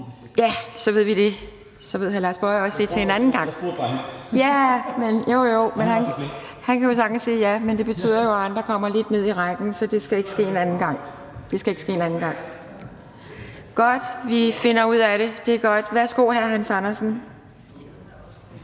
ned. Så ved vi det, og så ved hr. Lars Boje Mathiesen det også til en anden gang. Hr. Hans Andersen kan jo sagtens sige ja, men det betyder jo bare, at andre kommer lidt ned i rækken. Så det skal ikke ske en anden gang. Vi finder ud af det; det er godt. Værsgo, hr. Hans Andersen.